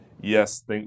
yes